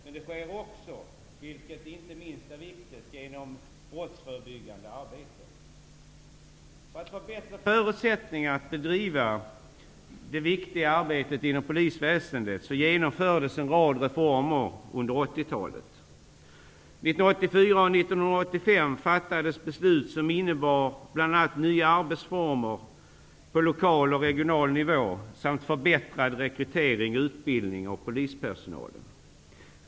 Men det sker också, vilket inte minst är viktigt, genom brottsförebyggande arbete. För att få bättre förutsättningar att bedriva det viktiga arbetet inom polisväsendet genomfördes en rad reformer under 80-talet. År 1984 och år 1985 fattades beslut som innebar bl.a. nya arbetsformer på lokal och regional nivå samt förbättrad rekrytering och utbildning av polispersonalen.